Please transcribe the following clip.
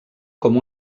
com